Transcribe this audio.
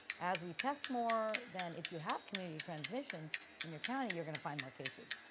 as we test more, then if you have community transmission in your county, you're going to find more cases.